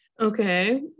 Okay